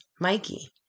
Mikey